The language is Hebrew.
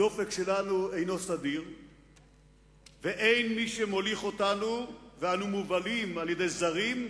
הדופק שלנו אינו סדיר ואין מי שמוליך אותנו ואנו מובלים על-ידי זרים,